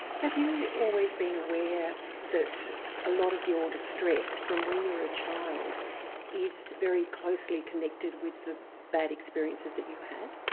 have you always been aware that a lot of your distress from when you were a child is is very closely connected with the bad experiences that you had?